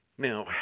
Now